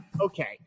Okay